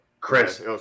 Chris